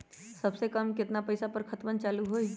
सबसे कम केतना पईसा पर खतवन चालु होई?